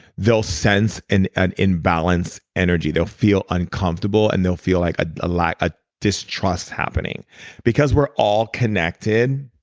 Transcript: they'll sense and an imbalance energy. they'll feel uncomfortable and they'll feel like ah like a distrust happening because we're all connected,